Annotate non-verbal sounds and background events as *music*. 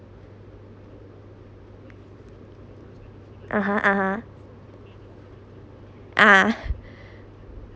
(uh huh) (uh huh) uh *breath*